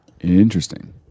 interesting